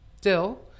dill